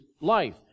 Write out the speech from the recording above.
life